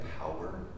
power